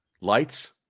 Lights